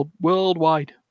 worldwide